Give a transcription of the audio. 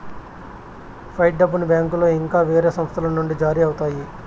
fight డబ్బును బ్యాంకులో ఇంకా వేరే సంస్థల నుండి జారీ అవుతాయి